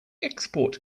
export